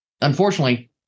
Unfortunately